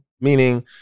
meaning